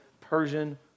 persian